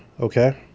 okay